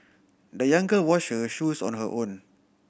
the young girl washed her shoes on her own